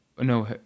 No